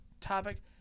topic